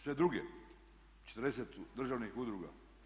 Sve druge, 40 državnih udruga.